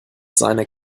seine